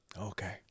Okay